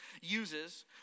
uses